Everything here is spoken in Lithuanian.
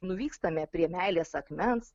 nuvykstame prie meilės akmens